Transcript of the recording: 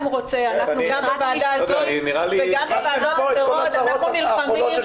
נראה לי שהכנסתם את כל הצרות האחרות של